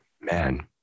man